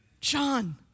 John